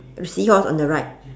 seahorse on the right